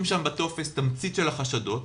בו תמצית החשדות,